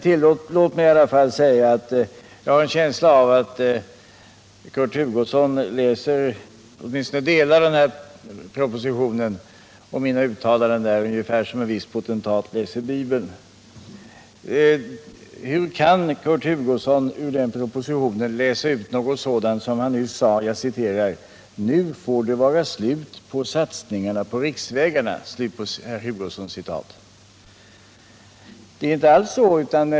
Tillåt mig i alla fall säga att jag har en känsla av att Kurt Hugosson läser åtminstone delar av propositionen och mina uttalanden i den ungefär som en viss potentat läser Bibeln. Hur kan Kurt Hugosson ur propositionen läsa ut något sådant som han nyss gjorde? Han sade att ”nu får det vara slut med satsningarna på riksvägarna”, men så förhåller det sig inte alls.